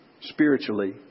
spiritually